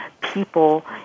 people